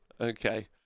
okay